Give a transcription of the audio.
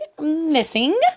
missing